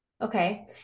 Okay